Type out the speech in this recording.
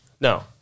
No